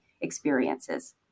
experiences